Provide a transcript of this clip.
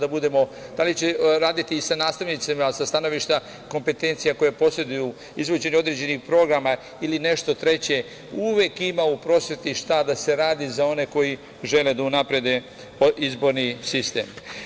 Da li će raditi sa nastavnicima sa stanovišta kopetencija koje poseduju, izvođenje određenih programa ili nešto treće, uvek ima u prosveti šta da se radi za one koji žele da unaprede izborni sistem.